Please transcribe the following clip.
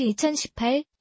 2018